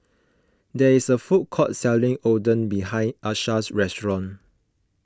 there is a food court selling Oden behind Asha's house